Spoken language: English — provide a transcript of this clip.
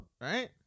right